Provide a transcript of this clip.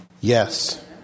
Yes